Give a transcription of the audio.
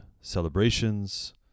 celebrations